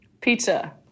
Pizza